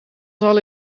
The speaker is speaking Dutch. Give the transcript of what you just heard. zal